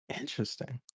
interesting